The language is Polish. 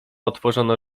otworzono